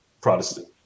Protestant